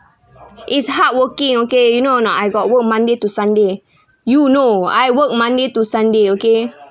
is hardworking okay you know or not I got work monday to sunday you know I work monday to sunday okay